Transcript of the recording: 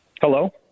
Hello